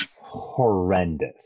horrendous